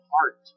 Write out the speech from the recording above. heart